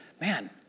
man